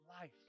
Life